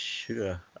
sure